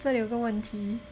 这里有个问题